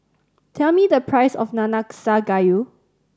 tell me the price of Nanakusa Gayu